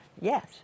Yes